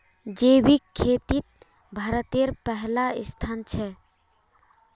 जैविक खेतित भारतेर पहला स्थान छे